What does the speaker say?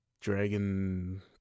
dragon